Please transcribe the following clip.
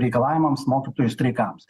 reikalavimams mokytojų streikams